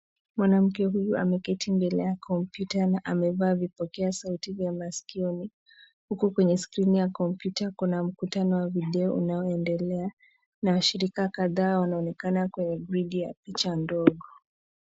Mwanamke huyo ameketi mbele ya kompyuta na amevaa vipokea sauti vya maskioni huku kwenye skrini ya kompyuta kuna mkutano wa video unayoendelea na washirika kadhaa wanaonekana kwenye gridi ya picha ndogo.